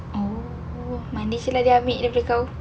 oh monday [sial] dia ambil daripada kau